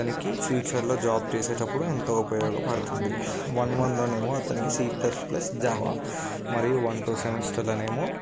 అతనికి ఫ్యూచర్లో జాబ్ చేసేటప్పుడు ఎంతో ఉపయోగపడుతుంది వన్ వన్ లోనేమో అతనికి సి ప్లస్ ప్లస్ జావా మరియు వన్ టూ సెమిస్టర్లోనెమో